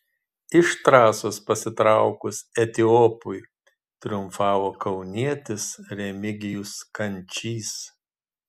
iš trasos pasitraukus etiopui triumfavo kaunietis remigijus kančys